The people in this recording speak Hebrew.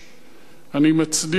אני מצדיע ומוקיר